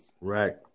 right